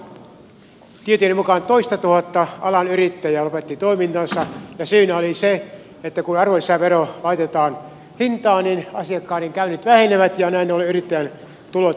tosiaan viime vuonna tietojeni mukaan toista tuhatta alan yrittäjää lopetti toimintansa ja syynä oli se että kun arvonlisävero laitetaan hintaan niin asiakkaiden käynnit vähenevät ja näin ollen yrittäjän tulot vähenevät